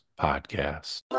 podcast